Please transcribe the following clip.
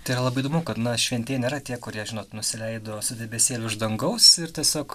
tai yra labai įdomu kad na šventieji nėra tie kurie žinot nusileido su debesėliu iš dangaus ir tiesiog